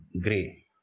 grey